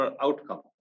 outcome